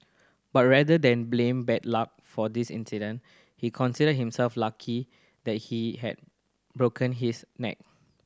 but rather than blame bad luck for this incident he considered himself lucky that he had broken his neck